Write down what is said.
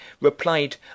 replied